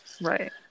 Right